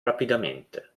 rapidamente